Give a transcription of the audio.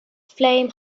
flame